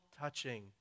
touching